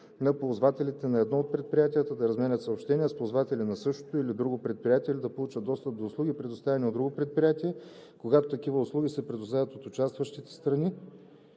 на ползвателите на едно предприятие да разменят съобщения с ползватели на същото или друго предприятие или да получат достъп до услуги, предоставяни от друго предприятие, когато такива услуги се предоставят от участващите страни